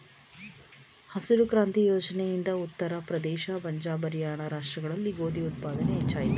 ಹಸಿರು ಕ್ರಾಂತಿ ಯೋಜನೆ ಇಂದ ಉತ್ತರ ಪ್ರದೇಶ, ಪಂಜಾಬ್, ಹರಿಯಾಣ ರಾಜ್ಯಗಳಲ್ಲಿ ಗೋಧಿ ಉತ್ಪಾದನೆ ಹೆಚ್ಚಾಯಿತು